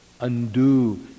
undo